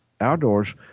outdoors